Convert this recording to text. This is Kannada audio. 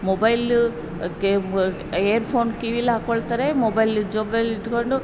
ಮೊಬೈಲ್ ಅದಕ್ಕೆ ಇಯರ್ ಫೋನ್ ಕಿವಿಲಿ ಹಾಕೊಳ್ತಾರೆ ಮೊಬೈಲ್ ಜೇಬಿನಲ್ಲಿಟ್ಕೊಂಡು